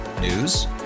News